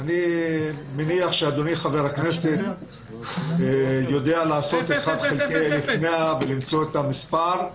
אני מניח שאדוני חבר הכנסת יודע לעשות אחד חלקי 1,100 ולמצוא את המספר.